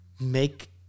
make